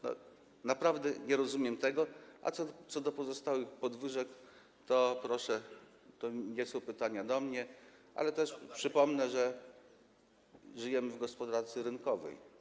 Naprawdę nie rozumiem tego, a co do pozostałych podwyżek, to proszę, to nie są pytania do mnie, ale też przypomnę, że żyjemy w warunkach gospodarki rynkowej.